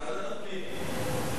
ועדת הפנים.